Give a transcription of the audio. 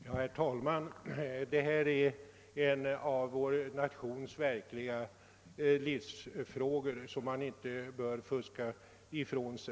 Herr talman! Det gäller här en av vår nations verkliga livsfrågor, och den bör vi inte fuska ifrån oss.